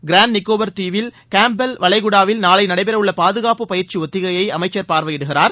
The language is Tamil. கிரேன்ட் நிக்கோபார் தீவில் கேம்ப்பெல் வளைகுடாவில் நாளை நடைபெற உள்ள பாதுகாப்பு பயிற்சி ஒத்திகையை அமைச்சர் பார்வையிடுகிறார்